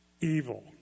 evil